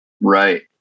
right